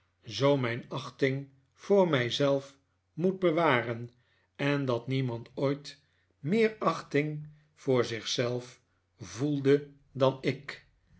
zoo mijn achting voor mij zelf moet bewaren en dat niemand ooit meer achting voor zich zelf voelde dan ik